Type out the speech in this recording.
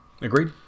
Agreed